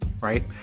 right